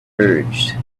urged